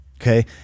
Okay